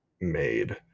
made